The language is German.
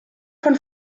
von